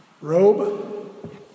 Robe